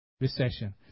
recession